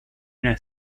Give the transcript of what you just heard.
una